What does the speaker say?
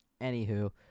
Anywho